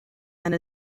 and